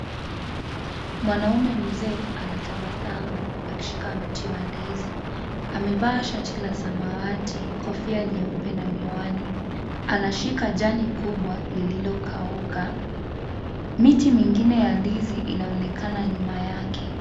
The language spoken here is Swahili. Mwanamme mzee anatabasamu akishika mti wa ndizi. Amevaa shati la samwati, kofia nyeupe na miwani. Anashika jani kubwa lililokauka. Miti mingine ya ndizi inaonekana nyuma yake.